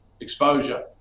exposure